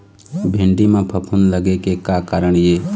भिंडी म फफूंद लगे के का कारण ये?